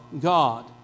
God